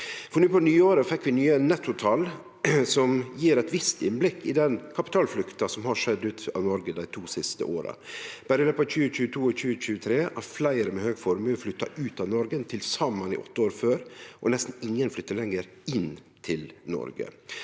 På nyåret fekk vi nye nettotal som gjev eit visst innblikk i den kapitalflukta som har skjedd ut frå Noreg dei to siste åra. Berre i løpet av 2022 og 2023 har fleire med høg formue flytta ut av Noreg enn til saman i løpet av dei åtte åra før, og nesten ingen flyttar lenger inn til Noreg.